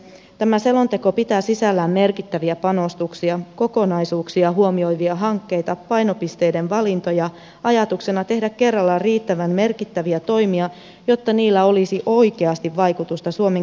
tämä selonteko pitää sisällään merkittäviä panostuksia kokonaisuuksia huomioivia hankkeita painopisteiden valintoja ajatuksena tehdä kerralla riittävän merkittäviä toimia jotta niillä olisi oikeasti vaikutusta suomen kilpailukyvyn parantamiseen